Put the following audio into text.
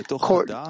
court